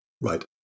Right